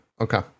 Okay